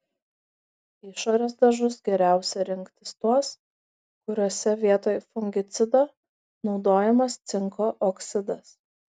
išorės dažus geriausia rinktis tuos kuriuose vietoj fungicido naudojamas cinko oksidas